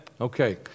Okay